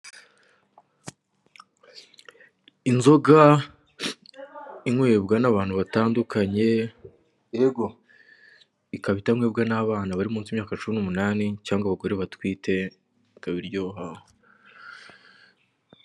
Inzoga inywebwa n'abantu batandukanye ikaba itanywebwa n'abana bari munsi y'imyaka cumi n'umunani cyangwwa abagore batwite ikaba iryoha.